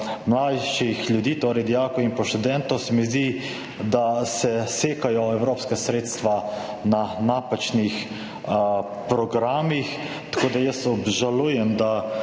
mlajših ljudi, torej dijakov in pa študentov, se mi zdi, da se sekajo evropska sredstva na napačnih programih. Tako da jaz obžalujem, da